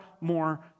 more